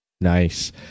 Nice